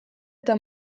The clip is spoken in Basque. eta